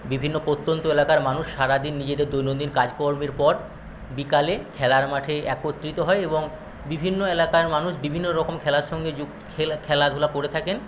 বিভিন্ন প্রত্যন্ত এলাকার মানুষ সারাদিন নিজেদের দৈনন্দিন কাজকর্মের পর বিকালে খেলার মাঠে একত্রিত হয় এবং বিভিন্ন এলাকার মানুষ বিভিন্নরকম খেলার সঙ্গে যুক্ত খেলা খেলাধুলা করে থাকেন